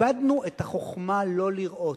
איבדנו את החוכמה לא לראות.